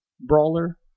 brawler